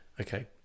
okay